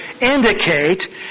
indicate